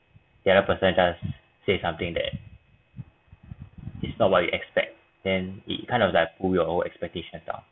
the other person just say something that is not what you expect then its kind of like pull your own expectation down